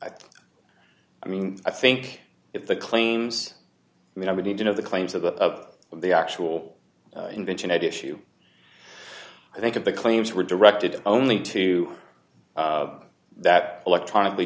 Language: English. i mean i think if the claims made i would need to know the claims of that of the actual invention at issue i think of the claims were directed only to that electronically